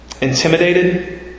Intimidated